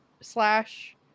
slash